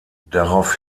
darauf